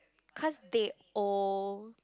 because they owe